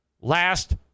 last